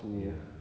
ya